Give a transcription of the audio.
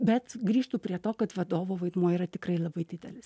bet grįžtu prie to kad vadovo vaidmuo yra tikrai labai didelis